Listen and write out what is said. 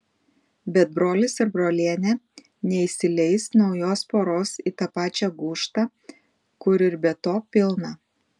bet brolis ir brolienė neįsileis naujos poros į tą pačią gūžtą kur ir be to pilna